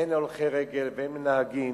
הן הולכי-רגל והן נהגים,